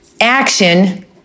action